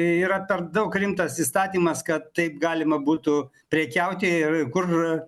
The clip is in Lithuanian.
tai yra per daug rimtas įstatymas kad taip galima būtų prekiauti ir kur